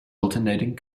alternating